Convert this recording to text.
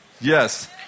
Yes